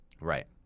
Right